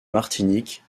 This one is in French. martinique